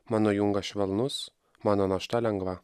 mano jungas švelnus mano našta lengva